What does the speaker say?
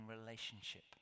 relationship